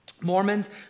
Mormons